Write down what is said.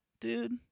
dude